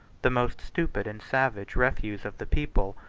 the most stupid and savage refuse of the people,